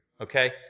okay